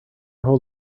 hold